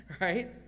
right